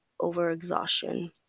overexhaustion